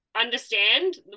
understand